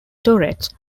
turrets